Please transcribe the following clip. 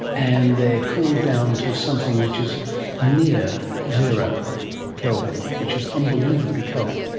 and they are cooled down to something which is near zero kelvin, which is unbelievably cold.